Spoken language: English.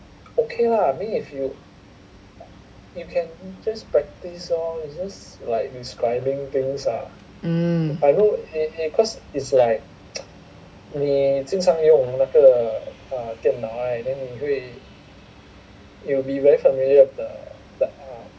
mm